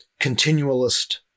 continualist